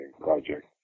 project